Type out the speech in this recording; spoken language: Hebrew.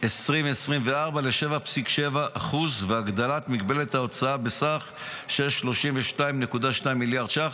2024 ל-7.7% והגדלת מגבלת ההוצאה בסך של 32.2 מיליארד ש"ח.